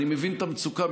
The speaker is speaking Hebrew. אני מבין את המצוקה,